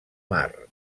mar